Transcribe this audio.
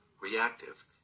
reactive